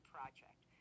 Project